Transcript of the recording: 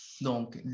Donc